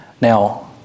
Now